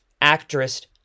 Actress